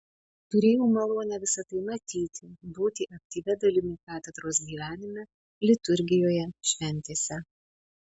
turėjau malonę visa tai matyti būti aktyvia dalimi katedros gyvenime liturgijoje šventėse